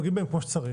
נוגעים בהם כמו שצריך,